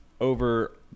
over